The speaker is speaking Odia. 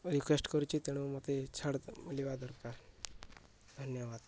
ରିିକ୍ୱେଷ୍ଟ କରୁଛି ତେଣୁ ମୋତେ ଛାଡ଼ ମିଳିବା ଦରକାର ଧନ୍ୟବାଦ